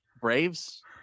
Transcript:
Braves